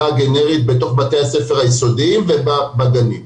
הגנרית בתוך בתי הספר היסודיים ובגנים.